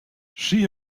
she